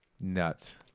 Nuts